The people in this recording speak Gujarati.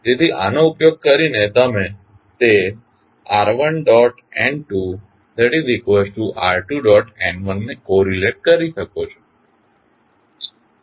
તેથી આનો ઉપયોગ કરીને તમે તે r1N2r2N1 ને કોરિલેટ કરી શકો છો